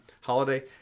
holiday